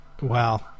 Wow